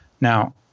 Now